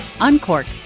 uncork